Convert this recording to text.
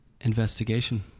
investigation